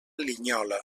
linyola